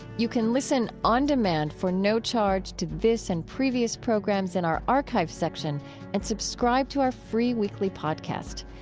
you can listen on demand for no charge to this and previous programs in our archive section and subscribe to our free weekly podcasts.